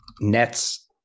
nets